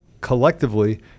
collectively